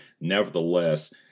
Nevertheless